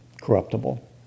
corruptible